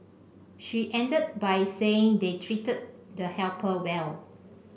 she ended by saying they treated the helper well